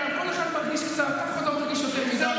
לא אמרתי: